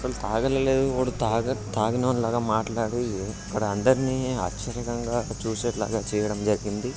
అసలు త్రాగనేలేదు వాడు త్రాగినోడి లాగా మాట్లాడి అక్కడ అందరినీ ఆశ్చర్యకరంగా చూసేలాగా చేయడం జరిగింది